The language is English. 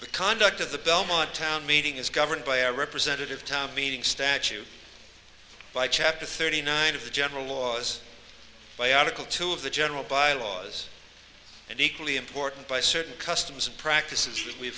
the conduct of the belmont town meeting is governed by a representative town meeting statute by chapter thirty nine of the general laws by article two of the general bylaws and equally important by certain customs and practices we